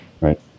right